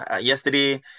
Yesterday